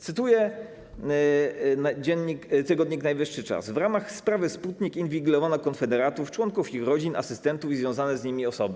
Cytuję tygodnik „Najwyższy Czas!”: w ramach sprawy Sputnik inwigilowano konfederatów, członków ich rodzin, asystentów i związane z nimi osoby.